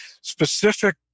specific